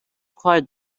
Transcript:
quite